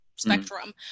spectrum